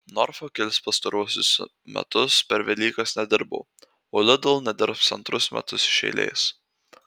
norfa kelis pastaruosius metus per velykas nedirbo o lidl nedirbs antrus metus iš eilės